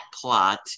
plot